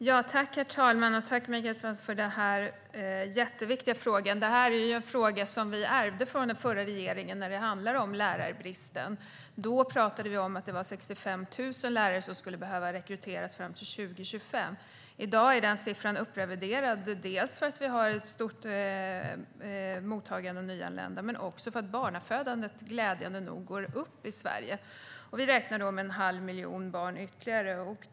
Herr talman! Tack, Michael Svensson, för den jätteviktiga frågan. Frågan om lärarbristen är en fråga som vi ärvde från den förra regeringen. Då talade vi om att det var 65 000 lärare som skulle behöva rekryteras fram till år 2025. I dag är den siffran uppreviderad. Vi har ett stort mottagande av nyanlända. Men också barnafödandet går glädjande nog upp i Sverige. Vi räknar med en halv miljon barn ytterligare.